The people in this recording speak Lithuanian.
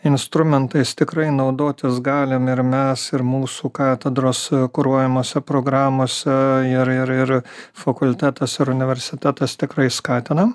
instrumentais tikrai naudotis galim ir mes ir mūsų katedros kuruojamose programose ir ir ir fakultetas ir universitetas tikrai skatinam